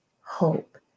hope